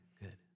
good